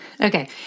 Okay